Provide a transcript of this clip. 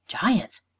giants